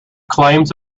claims